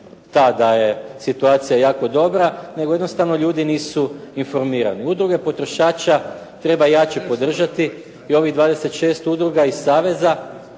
ta da je situacija jako dobra nego jednostavno ljudi nisu informirani. Udruge potrošača treba jače podržati i ovih 26 udruga iz saveza